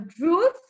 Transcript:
Ruth